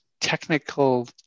technical